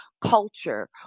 culture